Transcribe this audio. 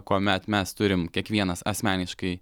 kuomet mes turim kiekvienas asmeniškai